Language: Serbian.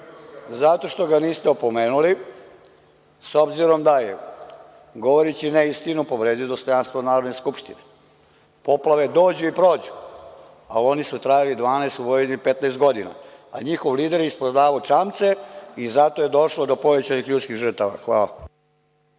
Niste ga opomenuli, s obzirom da je, govoreći neistinu, povredio dostojanstvo Narodne skupštine. Poplave dođu i prođu, a oni su trajali 12, a u Vojvodini 15 godina, a njihov lider je prodao čamce i zato je došlo do povećanih ljudskih žrtava. Hvala.